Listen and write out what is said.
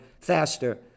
faster